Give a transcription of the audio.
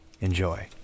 Enjoy